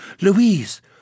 Louise